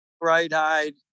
bright-eyed